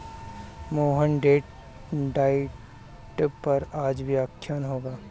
Mohan date diet पर आज व्याख्यान होगा